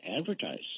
advertise